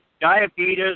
diabetes